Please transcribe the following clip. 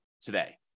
today